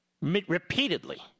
Repeatedly